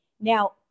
Now